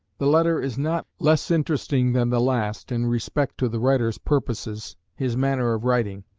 the letter is not less interesting than the last, in respect to the writer's purposes, his manner of writing,